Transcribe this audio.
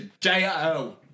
J-O